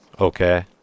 okay